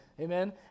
Amen